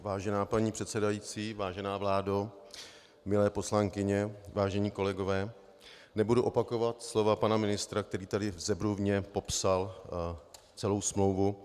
Vážená paní předsedající, vážená vládo, milé poslankyně, vážení kolegové, nebudu opakovat slova pana ministra, který tady zevrubně popsal celou smlouvu.